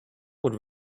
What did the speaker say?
would